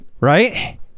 right